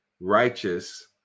righteous